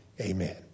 Amen